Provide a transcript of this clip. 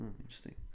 interesting